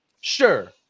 sure